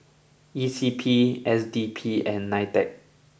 E C P S D P and Nitec